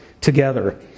together